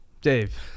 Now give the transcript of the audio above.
Dave